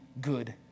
good